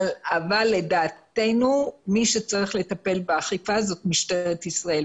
אבל לדעתנו מי שצריך לטפל באכיפה זו משטרת ישראל.